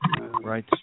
Right